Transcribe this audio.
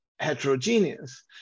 Heterogeneous